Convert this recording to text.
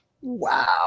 Wow